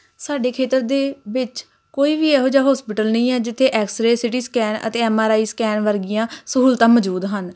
ਸਾਡੇ ਖੇਤਰ ਦੇ ਵਿੱਚ ਕੋਈ ਵੀ ਇਹੋ ਜਿਹਾ ਹੋਸਪਿਟਲ ਨਹੀਂ ਹੈ ਜਿੱਥੇ ਐਕਸਰੇ ਸਿਟੀ ਸਕੈਨ ਅਤੇ ਐੱਮ ਆਰ ਆਈ ਸਕੈਨ ਵਰਗੀਆਂ ਸਹੂਲਤਾਂ ਮੌਜੂਦ ਹਨ